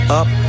up